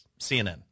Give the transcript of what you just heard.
CNN